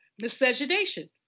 Miscegenation